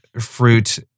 fruit